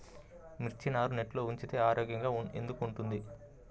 మిర్చి నారు నెట్లో పెంచితే ఆరోగ్యంగా ఎందుకు ఉంటుంది?